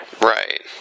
Right